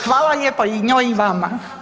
Hvala lijepo i njoj i vama.